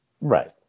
right